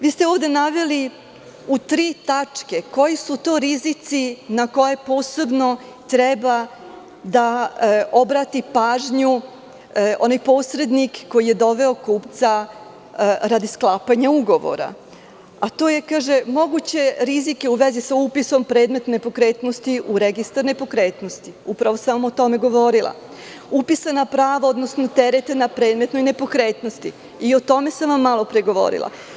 Vi ste ovde u tri tačke naveli koji su to rizici na koje posebno treba da obrati pažnju onaj posrednik koji je doveo kupca radi sklapanja ugovora, a to su: mogući rizici u vezi sa upisom predmeta nepokretnosti u Registar nepokretnosti, upravo sam o tome govorila, upisa na pravo, odnosno teret na predmetnoj nepokretnosti i o tome sam vam malopre govorila.